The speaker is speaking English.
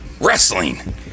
wrestling